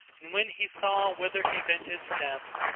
and when he saw whither he bent his steps,